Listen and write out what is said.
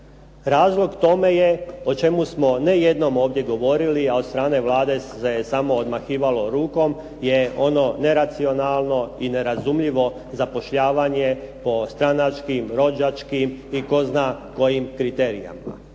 Razlog tome je o čemu smo ne jednom ovdje govorili, a od strane Vlade se je samo odmahivalo rukom je ono neracionalno i nerazumljivo zapošljavanje po stranačkim, rođačkim i tko zna kojim kriterijima